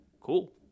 cool